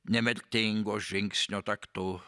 nemirtingo žingsnio taktu